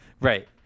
right